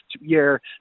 year